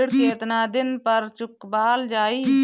ऋण केतना दिन पर चुकवाल जाइ?